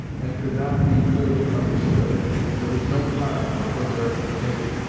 and could not be clearly understood there was no time for further explanation,